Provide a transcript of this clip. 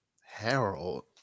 Harold